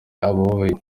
abababaye